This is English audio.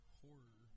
horror